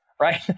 Right